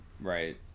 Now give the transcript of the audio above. Right